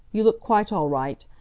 you look quite all right.